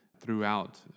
throughout